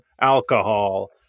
alcohol